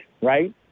right